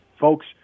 folks